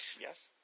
yes